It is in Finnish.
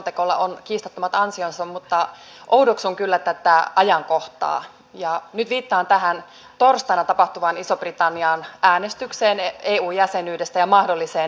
selonteolla on kiistattomat ansionsa mutta oudoksun kyllä tätä ajankohtaa ja nyt viittaan tähän torstaina tapahtuvaan ison britannian äänestykseen eu jäsenyydestä ja mahdolliseen eu eroon